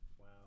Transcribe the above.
Wow